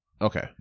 Okay